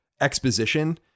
exposition